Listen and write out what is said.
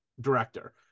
director